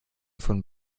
von